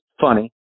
funny